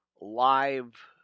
live